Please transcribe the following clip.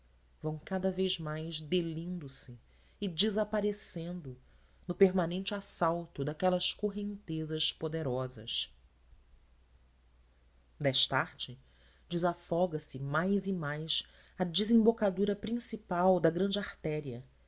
vão cada vez mais delindo se e desaparecendo no permanente assalto daquelas correntezas poderosas destarte desafoga se mais e mais a desembocadura principal da grande artéria